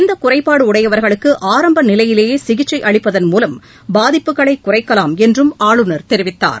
இந்த குறைபாடு உடையவர்களுக்கு ஆரம்ப நிலையிலேயே சிகிச்சை அளிப்பதன் மூலம் பாதிப்புகளை குறைக்கலாம் என்றும் ஆளுநர் தெரிவித்தார்